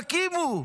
תקימו.